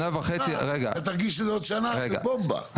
אתה תרגיש שזה עוד שנה בומבה.